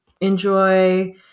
enjoy